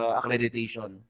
accreditation